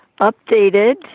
updated